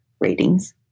ratings